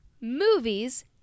movies